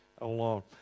alone